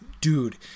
dude